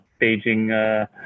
Beijing